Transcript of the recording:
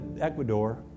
Ecuador